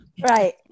Right